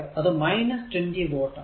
അത് 20 വാട്ട് ആണ്